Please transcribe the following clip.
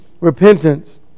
repentance